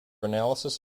analysis